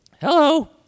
Hello